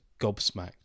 gobsmacked